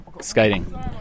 skating